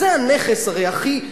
זה הרי הנכס הכי,